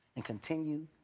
and continue,